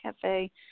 cafe